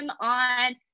on